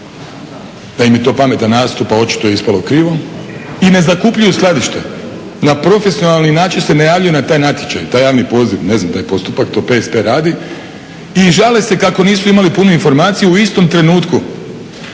da im je to pametan nastup pa očito je ispalo krivo. I ne zakupljuju skladište na profesionalni način se ne javljaju na taj natječaj, taj javni poziv, ne znam taj postupak to PSP radi i žale se kako nisu imali punu informaciju u istom trenutku,